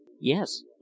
yes